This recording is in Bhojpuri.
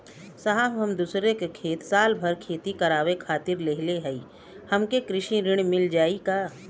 साहब हम दूसरे क खेत साल भर खेती करावे खातिर लेहले हई हमके कृषि ऋण मिल जाई का?